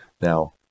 now